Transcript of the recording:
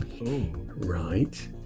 Right